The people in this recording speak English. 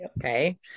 Okay